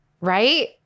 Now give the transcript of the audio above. Right